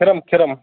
کھِرَم کھِرَم